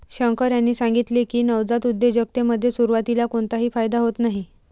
शंकर यांनी सांगितले की, नवजात उद्योजकतेमध्ये सुरुवातीला कोणताही फायदा होत नाही